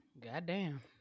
Goddamn